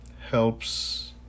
helps